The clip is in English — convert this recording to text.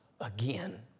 again